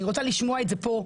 אני רוצה לשמוע את זה פה.